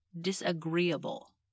disagreeable